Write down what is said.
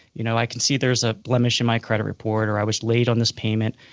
you know i can see there's a blemish in my credit report or i was late on this payment.